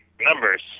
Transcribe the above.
numbers